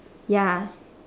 ya